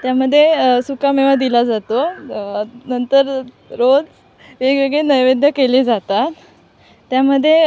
त्यामध्ये सुकामेवा दिला जातो नंतर रोज वेगवेगळे नैवेद्य केले जातात त्यामध्ये